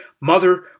mother